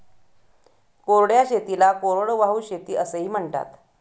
कोरड्या शेतीला कोरडवाहू शेती असेही म्हणतात